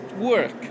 work